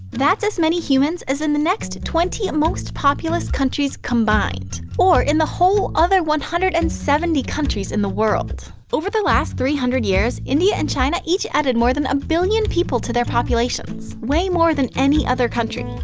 that's as many humans as in the next twenty most populous countries combined, or in the whole other one hundred and seventy countries in the world. over the last three hundred years, india and china each added more than a billion people to their populations, way more than any other country,